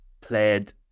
played